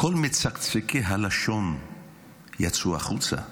כל מצקצקי הלשון יצאו החוצה ואמרו: